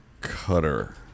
cutter